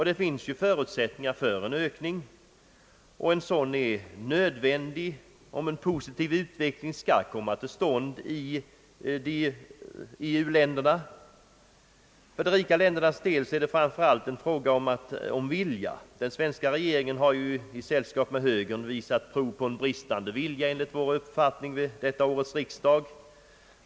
Det finns förutsättningar för en kraftig ökning, och en sådan är nödvändig om en positiv utveckling skall komma till stånd i de underutvecklade länderna. För de rika ländernas del är det framför allt en fråga om att vilja. Den svenska regeringen har i sällskap med högern, enligt min mening, visat prov på bristande vilja vid detta års riksdag.